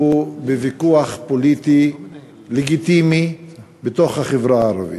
הוא בוויכוח פוליטי לגיטימי בתוך החברה הערבית,